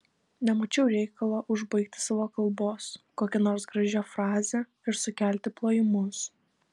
nemačiau reikalo užbaigti savo kalbos kokia nors gražia fraze ir sukelti plojimus